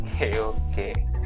okay